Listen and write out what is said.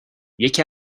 یکی